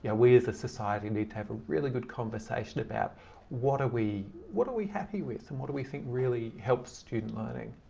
yeah we as a society need to have a really good conversation about what are we. what are we happy with and what do we think really helps student learning?